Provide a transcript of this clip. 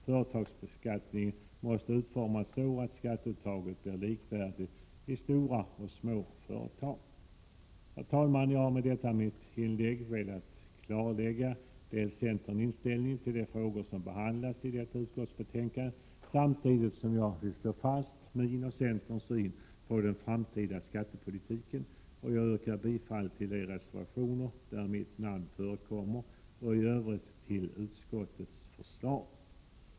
Företagsbeskattningen måste utformas så att skatteuttaget blir likvärdigt i stora och små företag. Herr talman! Jag har med detta inlägg velat klargöra centerns inställning till de frågor som behandlas i utskottsbetänkandet, samtidigt som jag vill slå fast min och centerns syn på den framtida skattepolitiken. Jag yrkar bifall till de reservationer där mitt namn förekommer och i övrigt till utskottets hemställan.